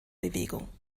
bewegung